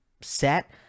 set